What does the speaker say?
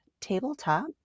Tabletop